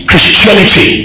Christianity